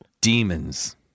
demons